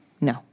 No